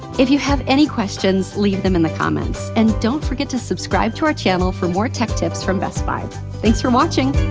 if you have any questions, leave them in the comments. and don't forget to subscribe to our channel for more tech tips from best buy. thanks for watching.